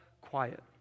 quiet